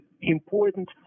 important